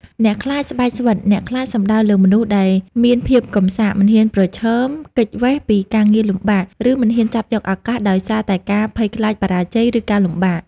អ្នកខ្លាចស្បែកស្វិត អ្នកខ្លាចសំដៅលើមនុស្សដែល មានភាពកំសាក មិនហ៊ានប្រឈម គេចវេស ពីការងារលំបាក ឬមិនហ៊ានចាប់យកឱកាសដោយសារតែការភ័យខ្លាចបរាជ័យ ឬការលំបាក។